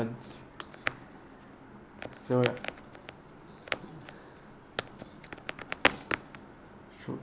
so true